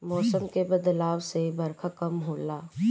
मौसम के बदलाव से बरखा कम होला